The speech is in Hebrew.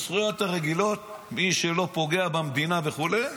הזכויות הרגילות, מי שלא פוגע במדינה וכו',